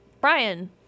Brian